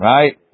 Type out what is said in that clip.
Right